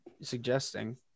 suggesting